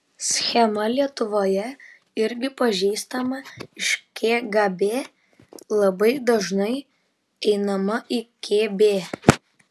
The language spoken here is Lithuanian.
schema lietuvoje irgi pažįstama iš kgb labai dažnai einama į kb